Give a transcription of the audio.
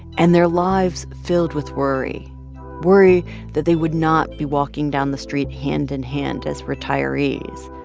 and their lives filled with worry worry that they would not be walking down the street hand-in-hand as retirees,